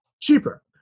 cheaper